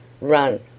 run